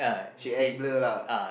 she act blur lah